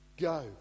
go